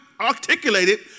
articulated